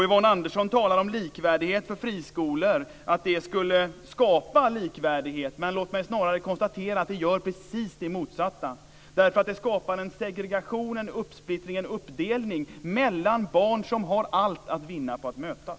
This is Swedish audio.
Yvonne Andersson talar om att likvärdighet för friskolor skulle skapa likvärdighet. Låt mig konstatera att resultatet snarare blir det rakt motsatta. Det skapar en segregation, en uppsplittring och en uppdelning mellan barn som har allt att vinna på att mötas.